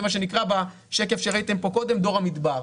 זה מה שנקרא בשקף שראיתם כאן קודם דור המדבר.